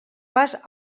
pas